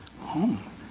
home